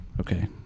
Okay